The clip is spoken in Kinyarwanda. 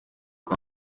kwa